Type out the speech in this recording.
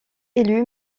élu